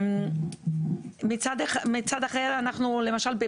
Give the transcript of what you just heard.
מצד אחר למשל,